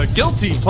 Guilty